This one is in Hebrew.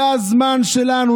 זה הזמן שלנו,